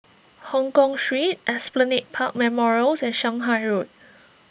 Hongkong Street Esplanade Park Memorials and Shanghai Road